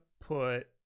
put